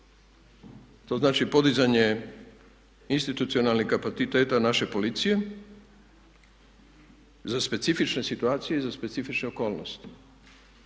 To znači podizanje institucionalnih kapaciteta naše policije za specifične situacije i za specifične okolnosti.